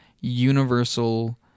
universal